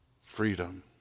Freedom